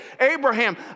Abraham